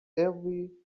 every